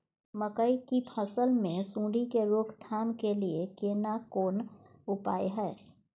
मकई की फसल मे सुंडी के रोक थाम के लिये केना कोन उपाय हय?